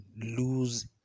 lose